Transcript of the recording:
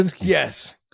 Yes